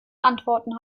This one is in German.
antworten